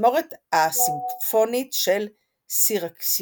בתזמורת הסימפונית של סירקיוז.